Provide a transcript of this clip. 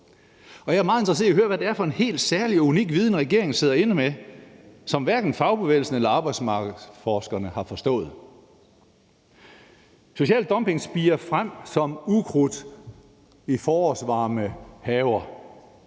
Jeg er meget interesseret i at høre, hvad det er for en helt særlig og unik viden, regeringen sidder inde med, som hverken fagbevægelsen eller arbejdsmarkedsforskerne har forstået. Social dumping spirer frem som ukrudt i forårsvarme haver,